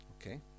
Okay